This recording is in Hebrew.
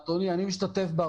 אדוני, אני משתתף בהרבה